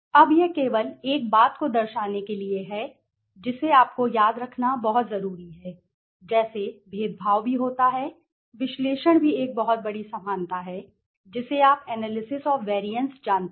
अब यह केवल एक बात को दर्शाने के लिए है जिसे आपको याद रखना बहुत जरूरी है जैसे भेदभाव भी होता है विश्लेषण भी एक बहुत बड़ी समानता है जिसे आप एनालिसिस ऑफ़ वैरिएंस जानते हैं